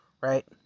right